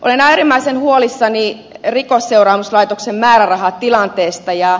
olen äärimmäisen huolissani rikosseuraamuslaitoksen määrärahatilanteesta